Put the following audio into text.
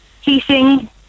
heating